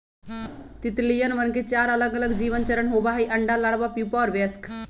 तितलियवन के चार अलगअलग जीवन चरण होबा हई अंडा, लार्वा, प्यूपा और वयस्क